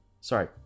Sorry